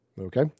Okay